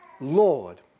Lord